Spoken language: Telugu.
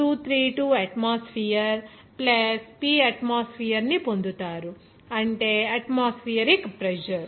0232 అట్మాస్ఫియర్ P అట్మోస్ఫియర్ ని పొందుతారు అంటే అట్మాస్ఫియరిక్ ప్రెజర్